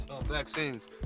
vaccines